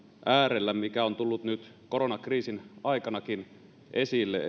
äärellä mikä on tullut nyt koronakriisin aikanakin esille